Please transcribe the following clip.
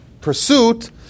pursuit